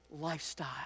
lifestyle